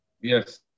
Yes